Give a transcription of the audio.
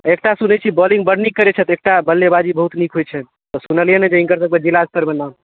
एकटा सुनै छियै बालिंग बड्ड नीक करै छथि आ एकटाक बल्लेबाजी बहुत नीक होइ छनि